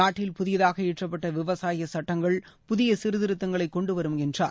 நாட்டில் புதியதாக இயற்றப்பட்டவிவசாயசட்டங்கள் புதியசீர்திருத்தங்களைகொண்டுவரும் என்றார்